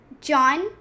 John